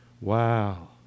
Wow